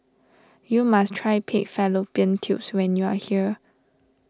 you must try Pig Fallopian Tubes when you are here